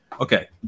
okay